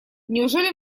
неужели